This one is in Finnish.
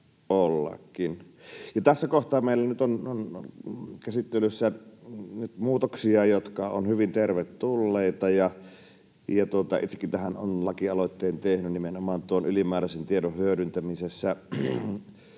Tässä kohtaa meillä on nyt käsittelyssä muutoksia, jotka ovat hyvin tervetulleita, ja itsekin olen tähän lakialoitteen tehnyt, nimenomaan tuon ylimääräisen tiedon hyödyntämisestä